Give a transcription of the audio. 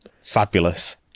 fabulous